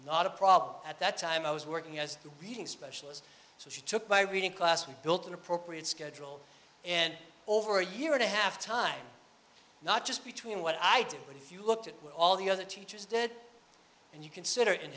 not a problem at that time i was working as a reading specialist so she took my reading class and built an appropriate schedule and over a year and a half time not just between what i did but if you looked at all the other teachers did and you consider in